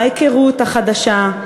ההיכרות החדשה,